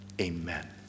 amen